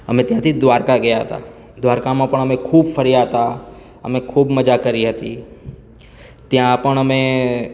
અમે ત્યાંથી દ્વારકા ગયા હતા દ્વારકામાં પણ અમે ખૂબ ફર્યા હતા અમે ખૂબ મજા કરી હતી ત્યાં પણ અમે